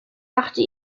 machte